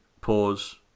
pause